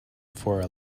for